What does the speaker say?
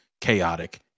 chaotic